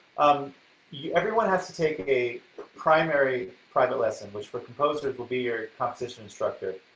um yeah everyone has to take a primary private lesson which for composers will be your composition instructor,